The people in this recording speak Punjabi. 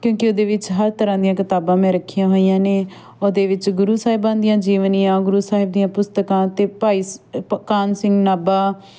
ਕਿਉਂਕਿ ਉਹਦੇ ਵਿੱਚ ਹਰ ਤਰ੍ਹਾਂ ਦੀਆਂ ਕਿਤਾਬਾਂ ਮੈਂ ਰੱਖੀਆਂ ਹੋਈਆਂ ਨੇ ਉਹਦੇ ਵਿੱਚ ਗੁਰੂ ਸਾਹਿਬਾਂ ਦੀਆਂ ਜੀਵਨੀਆਂ ਗੁਰੂ ਸਾਹਿਬ ਦੀਆਂ ਪੁਸਤਕਾਂ ਅਤੇ ਭਾਈ ਸ ਪ ਕਾਨ ਸਿੰਘ ਨਾਭਾ